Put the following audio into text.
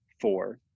four